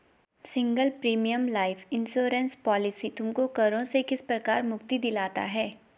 Single premium life insurance policy तुमको करों से किस प्रकार मुक्ति दिलाता है?